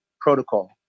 Protocol